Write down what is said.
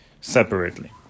separately